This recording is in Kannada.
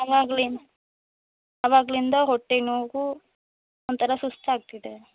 ಆವಾಗ್ಲಿಂದ್ ಆವಾಗ್ಲಿಂದ ಹೊಟ್ಟೆನೋವು ಒಂಥರ ಸುಸ್ತಾಗ್ತಿದೆ